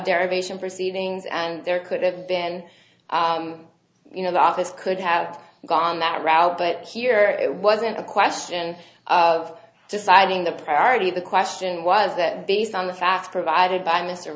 derivation proceedings and there could have been you know the office could have gone that route but here it wasn't a question of deciding the priority the question was that based on the staff provided by mr